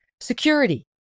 security